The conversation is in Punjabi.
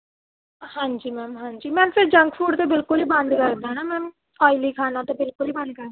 ਹਾਂਜੀ ਮੈਮ ਹਾਂਜੀ ਮੈਮ ਫਿਰ ਜੰਕ ਫੂਡ ਤਾਂ ਬਿਲਕੁਲ ਹੀ ਬੰਦ ਕਰਦਾ ਨਾ ਮੈਮ ਓਲੀ ਖਾਣਾ ਤਾਂ ਬਿਲਕੁਲ ਹੀ ਬੰਦ ਹੈ